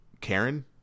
Karen